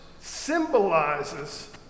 symbolizes